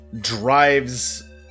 drives